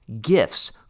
gifts